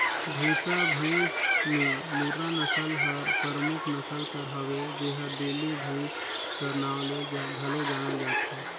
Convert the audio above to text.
भंइसा भंइस में मुर्रा नसल हर परमुख नसल कर हवे जेहर दिल्ली भंइस कर नांव ले घलो जानल जाथे